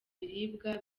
ibiribwa